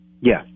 Yes